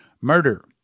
Murder